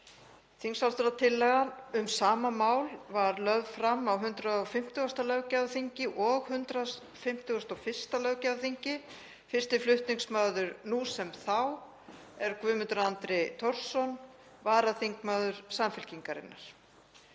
Þingsályktunartillaga um sama mál var lögð fram á 150. löggjafarþingi og 151. löggjafarþingi. Fyrsti flutningsmaður nú sem þá er Guðmundur Andri Thorsson, varaþingmaður Samfylkingarinnar.